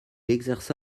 exerça